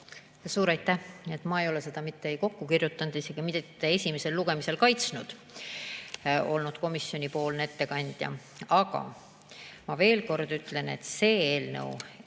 Suur aitäh! Ma ei ole seda mitte kokku kirjutanud ega isegi mitte esimesel lugemisel kaitsnud, olnud siis komisjoni ettekandja. Aga ma veel kord ütlen, et see eelnõu